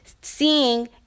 seeing